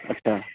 اچھا